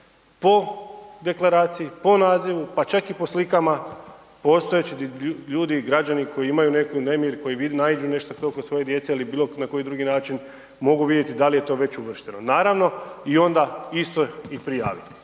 po deklaraciji, po nazivu, pa čak i po slikama postojećih ljudi, građani, koji imaju neki nemir, koji naiđu to kod svoje djece ili bilo na koji drugi način, mogu vidjeti da li je to već uvršteno. Naravno i onda isto i prijaviti.